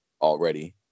already